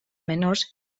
menors